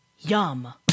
Yum